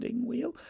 wheel